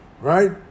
right